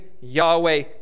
Yahweh